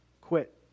quit